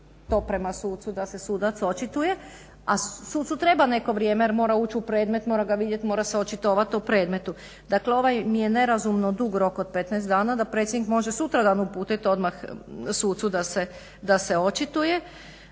to prema sucu da se sudac očituje, a sucu treba neko vrijeme jer mora ući u predmet, mora ga vidjeti, mora se očitovati o prijedlogu. Dakle, ovaj mi je nerazumno dug rok od 15 dana da predsjednik može sutradan uputiti odmah sucu da se očituje.